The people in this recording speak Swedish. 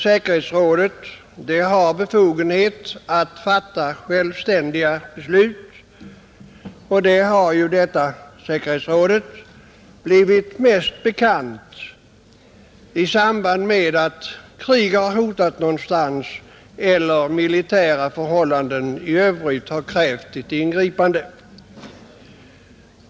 Säkerhetsrådet har befogenhet att fatta självständiga beslut, och det har blivit mest bekant i samband med att krig hotat någonstans eller att andra militära förhållanden krävt ett ingripande.